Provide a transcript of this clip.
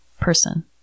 person